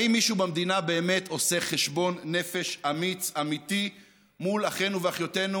האם מישהו במדינה באמת עושה חשבון נפש אמיץ ואמיתי מול אחינו ואחיותינו